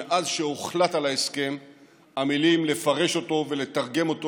שמאז שהוחלט על ההסכם עמלים לפרש אותו ולתרגם אותו